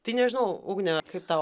tai nežinau ugne kaip tau